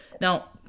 Now